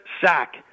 sack